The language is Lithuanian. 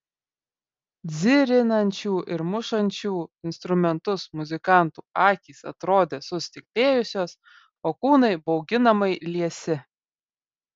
dzirinančių ir mušančių instrumentus muzikantų akys atrodė sustiklėjusios o kūnai bauginamai liesi